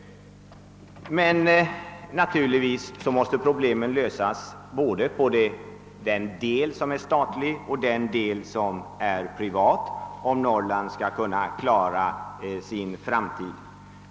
Men naturligtvis måste problemen lösas både inom den del som är statlig och inom den del som är privat, om Norrland skall kunna klara sin framtid.